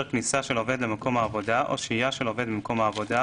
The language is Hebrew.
כניסה של עובד למקום העבודה או שהייה של עובד במקום העבודה,